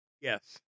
Yes